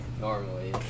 normally